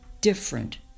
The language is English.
different